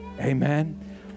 Amen